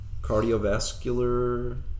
Cardiovascular